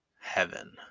heaven